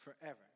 forever